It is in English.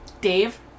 Dave